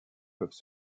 peuvent